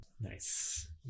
Nice